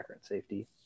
safety